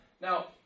Now